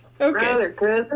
okay